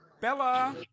bella